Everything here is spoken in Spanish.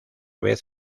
vez